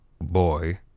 boy